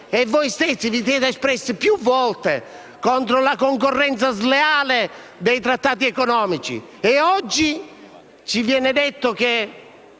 Voi stessi, che vi siete espressi più volte contro la concorrenza sleale dei trattati economici, oggi ci dite che